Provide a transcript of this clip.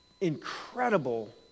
incredible